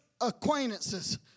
acquaintances